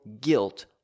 guilt